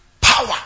Power